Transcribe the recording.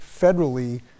federally